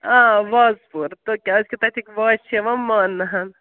آ وازٕ پوٗر تہٕ کیٛازِکہِ تَتِکۍ وازٕ چھِ یِوان مانٛنہ حظ